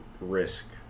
risk